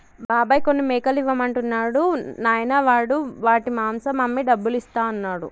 బాబాయ్ కొన్ని మేకలు ఇవ్వమంటున్నాడు నాయనా వాడు వాటి మాంసం అమ్మి డబ్బులు ఇస్తా అన్నాడు